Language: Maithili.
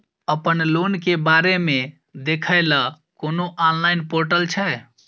अपन लोन के बारे मे देखै लय कोनो ऑनलाइन र्पोटल छै?